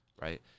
Right